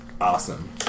Awesome